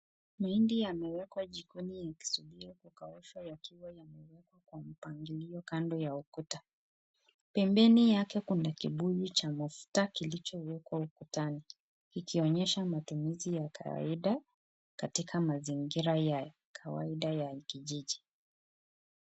Mahindi yamewekwa jikoni yakikaushwa kwa mpangilio kando ya ukuta. Pembeni yake kuna kibuyu ya mafuta, ikionyesha matumizi ya kawaida katika mazingira ya kawaida ya kijiji.